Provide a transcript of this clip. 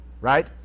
right